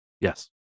Yes